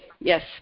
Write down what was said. Yes